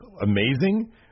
amazing